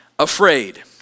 afraid